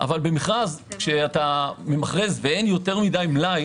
אבל במכרז, כשאתה ממכרז ואין יותר מדי מלאי,